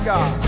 God